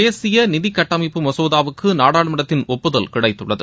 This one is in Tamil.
தேசிய நிதி கட்டமைப்பு மசோதாவுக்கு நாடாளுமன்றத்தின் ஒப்புதல் கிடைத்துள்ளது